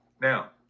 Now